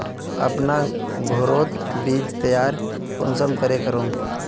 अपना घोरोत बीज तैयार कुंसम करे करूम?